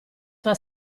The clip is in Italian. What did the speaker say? tua